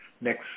next